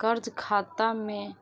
कर्ज खाता में